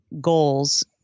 goals